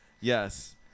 Yes